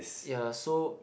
ya so